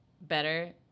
better